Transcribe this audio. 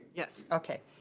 yes. okay.